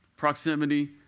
proximity